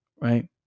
right